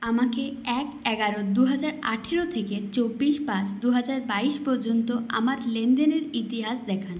আমাকে এক এগারো দুহাজার আঠেরো থেকে চব্বিশ পাঁচ দুহাজার বাইশ পর্যন্ত আমার লেনদেনের ইতিহাস দেখান